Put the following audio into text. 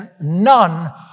none